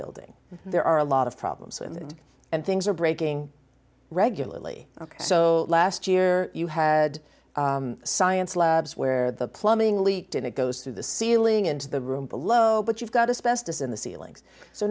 building there are a lot of problems and and things are breaking regularly ok so last year you had science labs where the plumbing leaked and it goes through the ceiling into the room below but you've got a specialist in the ceilings so